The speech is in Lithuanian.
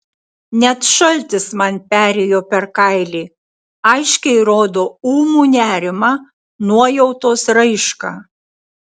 net šaltis man perėjo per kailį aiškiai rodo ūmų nerimą nuojautos raišką